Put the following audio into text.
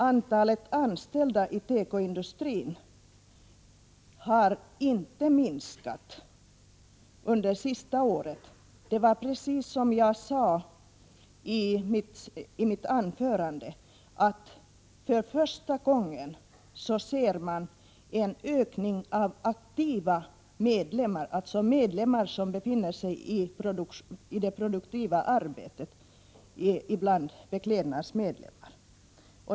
Antalet anställda i tekoindustrin har inte minskat under det senaste året. Precis som jag sade i mitt anförande kan vi nu, för första gången på länge, konstatera en ökning av antalet aktiva, alltså sådana som befinner sig i det produktiva arbetet, bland Beklädnads medlemmar.